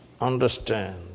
understand